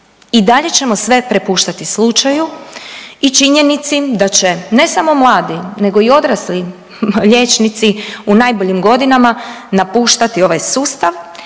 i dalje ćemo sve prepuštati slučaju i činjenici da će ne samo mladi nego i odrasli liječnici u najboljim godinama napuštati ovaj sustav